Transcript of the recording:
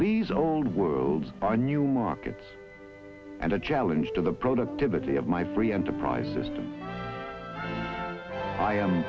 these old world i knew markets and a challenge to the productivity of my free enterprise system i am